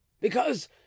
Because